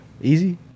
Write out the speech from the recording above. Easy